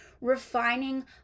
refining